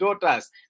daughters